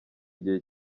gihe